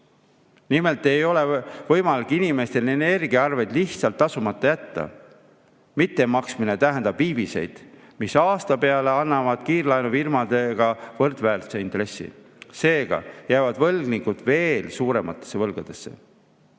Nimelt ei ole inimestel võimalik energiaarveid lihtsalt tasumata jätta. Mittemaksmine tähendab viiviseid, mis aasta peale annavad kiirlaenufirmadega võrdväärse intressi. Seega jäävad võlgnikud veel suurematesse võlgadesse.